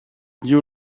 new